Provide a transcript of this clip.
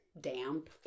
damp